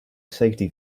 safety